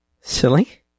Silly